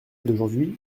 d’aujourd’hui